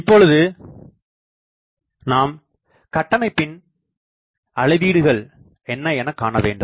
இப்பொழுது நாம் கட்டமைப்பின் அளவீடுகள் என்ன என காணவேண்டும்